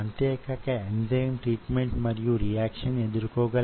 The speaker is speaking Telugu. అలాగే ఇక్కడ యాక్టిన్ మరియు మ్యోసిన్ వున్నాయి